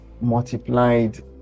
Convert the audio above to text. multiplied